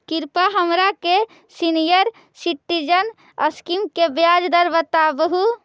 कृपा हमरा के सीनियर सिटीजन स्कीम के ब्याज दर बतावहुं